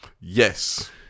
Yes